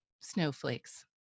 snowflakes